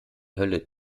hölle